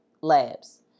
Labs